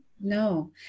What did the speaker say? no